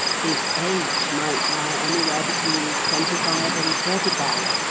his age might lie anywhere between twenty-five and thirty-five,